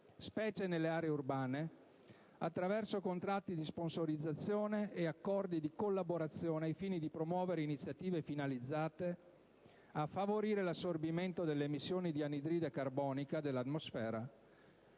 specie nelle aree urbane, attraverso contratti di sponsorizzazione e accordi di collaborazione al fine di promuovere iniziative finalizzate a favorire l'assorbimento delle emissioni di anidride carbonica nell'atmosfera